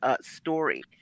story